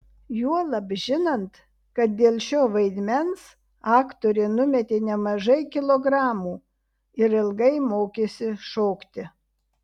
juolab žinant kad dėl šio vaidmens aktorė numetė nemažai kilogramų ir ilgai mokėsi šokti